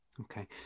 Okay